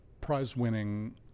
prize-winning